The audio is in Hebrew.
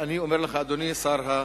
אדוני שר התחבורה,